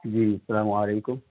جی سلام علیکم